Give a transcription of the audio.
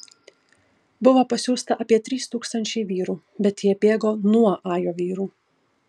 buvo pasiųsta apie trys tūkstančiai vyrų bet jie bėgo nuo ajo vyrų